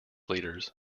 leaders